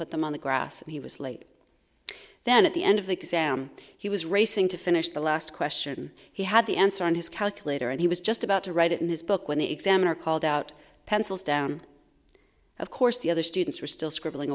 put them on the grass and he was late then at the end of the exam he was racing to finish the last question he had the answer in his calculator and he was just about to write it in his book when the examiner called out pencils down of course the other students were still scribbling